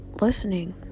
listening